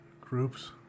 groups